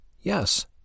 Yes